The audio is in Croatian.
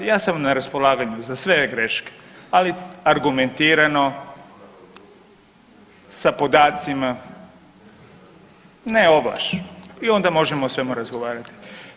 Ja sam na raspolaganju za sve greške, ali argumentirano sa podacima, ne ovlaš i onda možemo o svemu razgovarati.